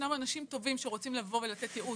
ישנם אנשים טובים שרוצים לבוא ולתת יעוץ.